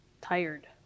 tired